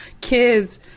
kids